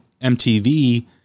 MTV